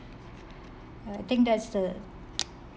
I think that's the